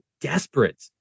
desperate